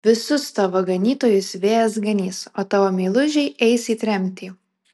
visus tavo ganytojus vėjas ganys o tavo meilužiai eis į tremtį